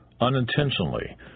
unintentionally